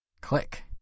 click